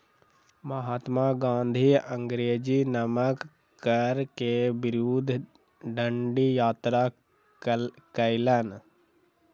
महात्मा गाँधी अंग्रेजी नमक कर के विरुद्ध डंडी यात्रा कयलैन